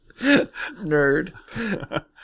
Nerd